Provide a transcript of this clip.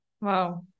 Wow